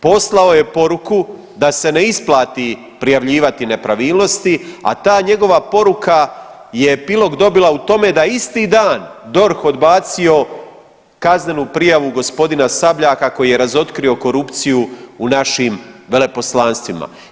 Poslao je poruku da se ne isplati prijavljivati nepravilnosti a ta njegova poruka je epilog dobila u tome da isti dan DORH odbacio kaznenu prijavu gospodina Sabljaka koji je razotkrio korupciju u našim veleposlanstvima.